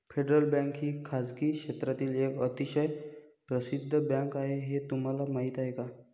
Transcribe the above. Federal Bank ही खासगी क्षेत्रातील एक अतिशय प्रसिद्ध बँक आहे हे तुम्हाला माहीत आहे का?